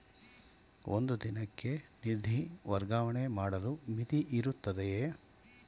ಒಂದು ದಿನಕ್ಕೆ ನಿಧಿ ವರ್ಗಾವಣೆ ಮಾಡಲು ಮಿತಿಯಿರುತ್ತದೆಯೇ?